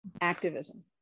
activism